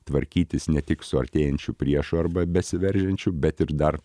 tvarkytis ne tik su artėjančiu priešu arba besiveržiančiu bet ir dar